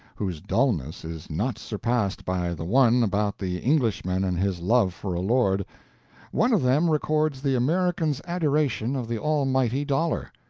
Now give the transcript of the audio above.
whose dullness is not surpassed by the one about the englishman and his love for a lord one of them records the american's adoration of the almighty dollar,